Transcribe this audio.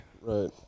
Right